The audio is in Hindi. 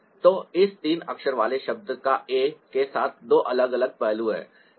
तो इस तीन अक्षर वाले शब्द का एक A के साथ दो अलग अलग पहलू हैं